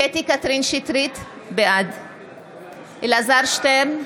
קטרין שטרית, בעד אלעזר שטרן,